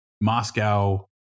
Moscow